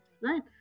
right